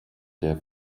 der